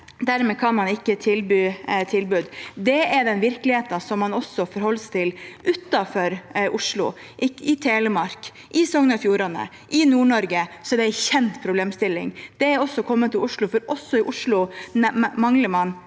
Dermed kan man ikke gi et tilbud. Det er den virkeligheten man også forholder seg til utenfor Oslo. I Telemark, i Sogn og Fjordane og i Nord-Norge er det en kjent problemstilling. Den har også kommet til Oslo, for også i Oslo mangler man